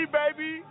baby